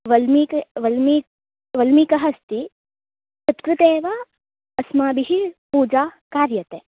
वल्मीके वल्मी वल्मीकः अस्ति तत्कृतेव अस्माभिः पूजा कार्यते